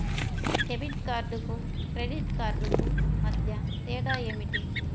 Debit కార్డుకు credit కార్డుకు మధ్య తేడా ఏమిటీ?